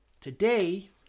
today